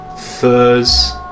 furs